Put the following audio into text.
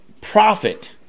profit